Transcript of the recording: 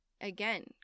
again